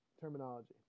terminology